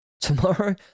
tomorrow